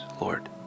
Lord